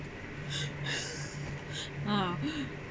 ah